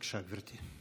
בבקשה, גברתי.